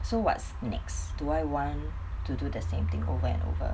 so what's next do I want to do the same thing over and over